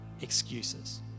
excuses